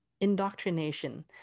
indoctrination